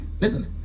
Listen